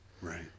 Right